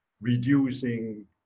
reducing